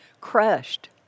crushed